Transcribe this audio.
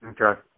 Okay